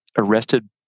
arrested